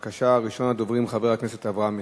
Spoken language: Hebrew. בבקשה, ראשון הדוברים, חבר הכנסת אברהם מיכאלי.